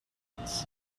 pits